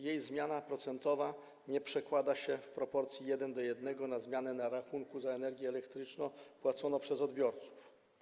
Jej zmiana procentowa nie przekłada się w proporcji jeden do jednego na zmianę na rachunku za energię elektryczną płaconym przez odbiorców.